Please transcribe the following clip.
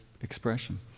expression